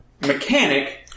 mechanic